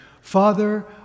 Father